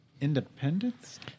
Independence